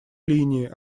линии